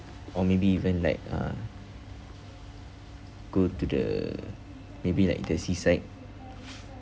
or maybe even like uh go to the maybe like the seaside